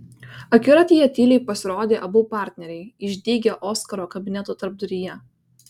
akiratyje tyliai pasirodė abu partneriai išdygę oskaro kabineto tarpduryje